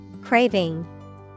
Craving